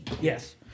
yes